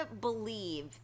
believe